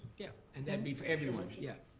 yeah, and that'd be for everyone, yeah.